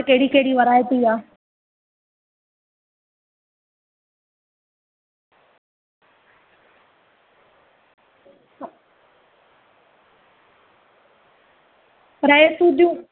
अढाई ट्रे सै वारियूं बि आहिन मन पंज सौ वारियूं बि आहिन तांखे जे तांजे हिसाब सां भई तांखे घणे तांई खपन मन भई अ तांखे उचियूं खपन हल्की ॾियणियूं आहिन उअ तां ॿुधायो भई